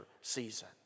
season